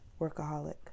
Workaholic